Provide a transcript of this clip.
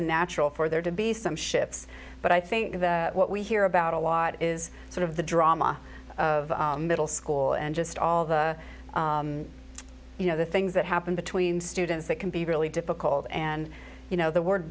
and natural for there to be some shifts but i think what we hear about a lot is sort of the drama of middle school and just all the you know the things that happen between students that can be really difficult and you know the word